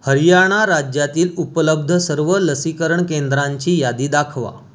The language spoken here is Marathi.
हरियाणा राज्यातील उपलब्ध सर्व लसीकरण केंद्रांची यादी दाखवा